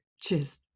cheers